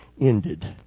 ended